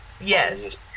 Yes